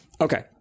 Okay